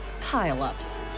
pile-ups